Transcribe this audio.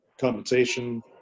compensation